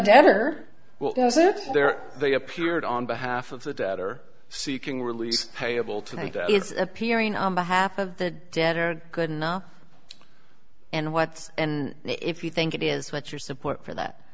debtor there they appeared on behalf of the debtor seeking release payable to make its appearing on behalf of the debtor good enough and what and if you think it is what your support for that